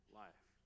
life